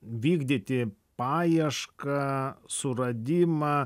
vykdyti paiešką suradimą